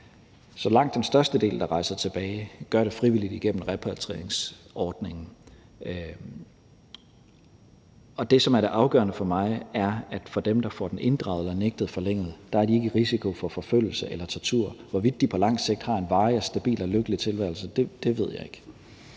Så langt den største del, der rejser tilbage, gør det frivilligt igennem repatrieringsordningen. Og det, som er det afgørende for mig, er, at dem, der får den inddraget eller nægtet forlænget, ikke er i risiko for forfølgelse eller tortur. Hvorvidt de på lang sigt har en varig, stabil og lykkelig tilværelse, ved jeg ikke.